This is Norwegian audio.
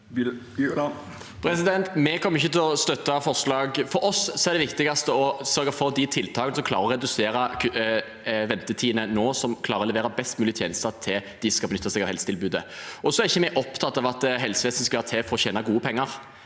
Vi kom- mer ikke til å støtte forslaget. For oss er det viktigste å sørge for de tiltakene som klarer å redusere ventetidene nå, som klarer å levere best mulig tjenester til dem som skal benytte seg av helsetilbudet. Vi er ikke opptatt av at helsevesenet skal være til for å tjene gode penger.